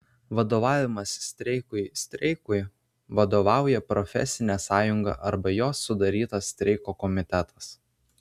vadovavimas streikui streikui vadovauja profesinė sąjunga arba jos sudarytas streiko komitetas